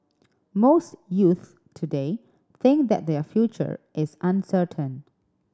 most youths today think that their future is uncertain